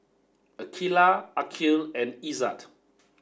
Aqeelah Aqil and Izzat